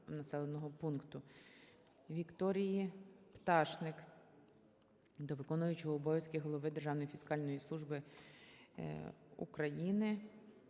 Геннадія Ткачука до виконуючого обов'язки голови Державної фіскальної служби України